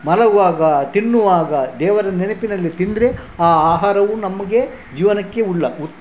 ಮಲಗುವಾಗ ತಿನ್ನುವಾಗ ದೇವರ ನೆನಪಿನಲ್ಲಿ ತಿಂದರೆ ಆ ಆಹಾರವು ನಮಗೆ ಜೀವನಕ್ಕೆ ಉಳ್ಳ ಉತ್